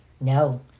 No